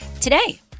today